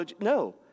No